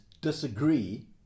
disagree